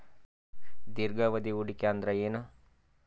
ದೀರ್ಘಾವಧಿ ಹೂಡಿಕೆ ಅಂದ್ರ ಏನು?